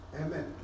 Amen